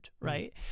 right